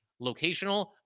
locational